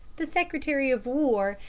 the secretary of war,